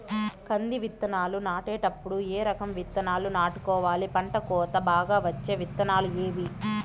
కంది విత్తనాలు నాటేటప్పుడు ఏ రకం విత్తనాలు నాటుకోవాలి, పంట కోత బాగా వచ్చే విత్తనాలు ఏవీ?